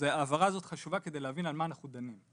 ההבהרה הזאת חשובה כדי להבין על מה אנחנו דנים.